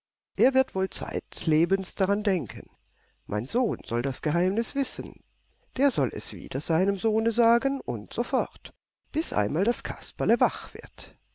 er wird wohl zeitlebens daran denken mein sohn soll das geheimnis wissen der soll es wieder seinem sohne sagen und so fort bis einmal das kasperle wach wird